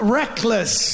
reckless